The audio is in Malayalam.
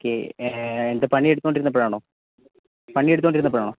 ഓക്കേ ഏ എന്താ പണി എടുത്ത് കൊണ്ടിരുന്നപ്പോഴാണോ പണി എടുത്ത് കൊണ്ടിരുന്നപ്പോഴാണോ